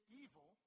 evil